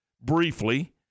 briefly